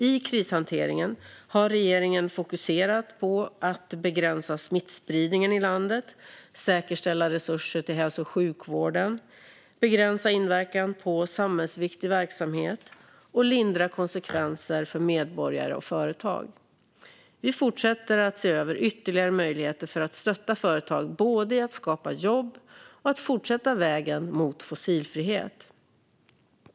I krishanteringen har regeringen fokuserat på att begränsa smittspridningen i landet, säkerställa resurser till hälso och sjukvården, begränsa inverkan på samhällsviktig verksamhet och lindra konsekvenser för medborgare och företag. Vi fortsätter att se över ytterligare möjligheter för att stötta företag i både att skapa jobb och att fortsätta vägen mot fossilfrihet.